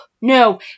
no